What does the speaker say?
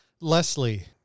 Leslie